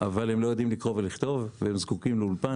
אבל הם לא יודעים לקרוא ולכתוב, והם זקוקים לאולפן